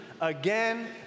again